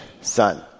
son